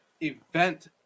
event